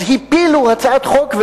אז הפילו הצעת חוק,